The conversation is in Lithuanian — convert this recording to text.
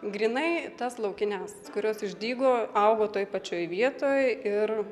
grynai tas laukines kurios išdygo augo toj pačioj vietoj ir